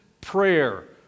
prayer